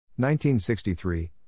1963